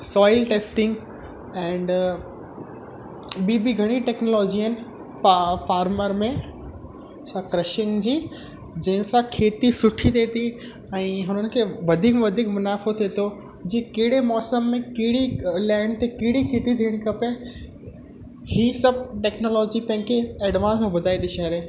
soil testing and ॿीं बि घणी टेक्नोलॉजी आहिनि फा फार्मर में छा कृषियुनि जी जंहिं सां खेती सुठी थिए थी ऐं हुननि खे वधीक में वधीक मुनाफ़ो थिए थो जीअं कहिड़े मौसम में कहिड़ी लैंड ते कहिड़ी खेती थिअणी खपे ही सभु टेक्नोलॉजी पंहिंखे एडवांस में ॿुधाए थी छॾे